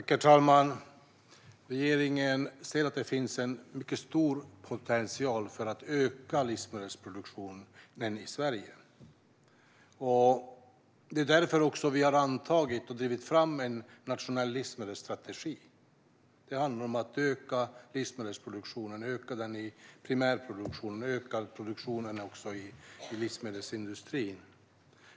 Herr talman! Regeringen ser att det finns en mycket stor potential för att öka livsmedelsproduktionen i Sverige. Det är därför vi har drivit fram och antagit en nationell livsmedelsstrategi. Det handlar om att öka livsmedelsproduktionen - öka den i primärproduktionen och också i livsmedelsindustrin.